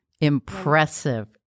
Impressive